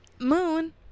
moon